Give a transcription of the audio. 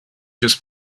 just